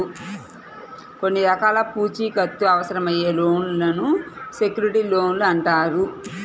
కొన్ని రకాల పూచీకత్తు అవసరమయ్యే లోన్లను సెక్యూర్డ్ లోన్లు అంటారు